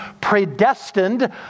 predestined